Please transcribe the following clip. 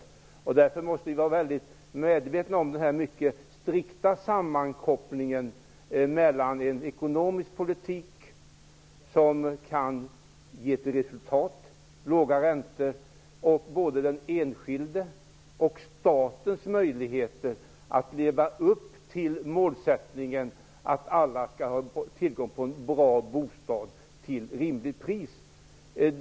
Vi måste därför vara medvetna om den mycket strikta sammankopplingen mellan en ekonomisk politik som kan resultera i låga räntor och den enskilde och statens möjligheter att leva upp till målsättningen att alla skall ha tillgång till en bra bostad till rimligt pris.